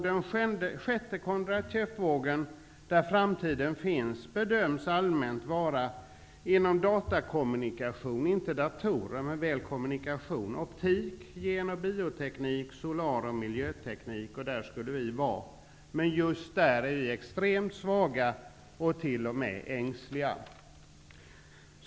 Den sjätte Kondratieffvågen, där framtiden finns, bedöms allmänt vara inom datakommunikation -- inte datorer, men väl kommunikation -- optik, gen och bioteknik, solar och miljöteknik. Där borde vi vara starka, men just där är vi extremt svaga och t.o.m. ängsliga.